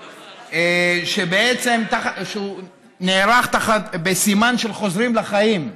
ארי, שבעצם נערך בסימן של "חוזרים לחיים".